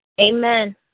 Amen